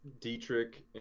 dietrich